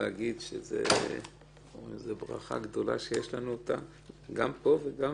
להגיד שזה ברכה גדולה שיש לנו אותה גם פה וגם